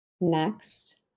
Next